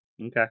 Okay